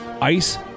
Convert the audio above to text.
ice